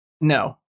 No